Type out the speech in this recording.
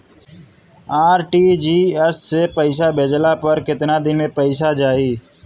RTGS से पईसा भेजला पर केतना दिन मे पईसा जाई?